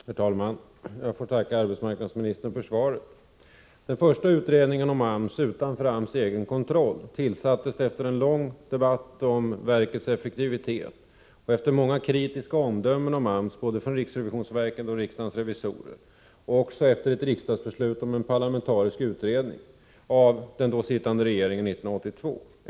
Herr talman! Jag får tacka arbetsmarknadsministern för svaret. Den första utredningen om AMS utanför AMS egen kontroll tillsattes efter en lång debatt om verkets effektivitet, efter många kritiska omdömen om AMS från riksrevisionsverket och riksdagens revisorer och också efter ett riksdagsbeslut om en parlamentarisk utredning av den då sittande regeringen 1982.